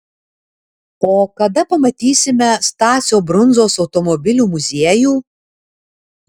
o kada pamatysime stasio brundzos automobilių muziejų